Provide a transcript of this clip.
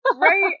Right